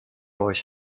euch